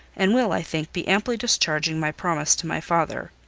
and will, i think, be amply discharging my promise to my father.